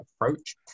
approach